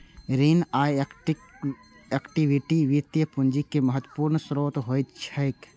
ऋण आ इक्विटी वित्तीय पूंजीक महत्वपूर्ण स्रोत होइत छैक